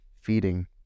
feeding